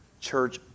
church